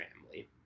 family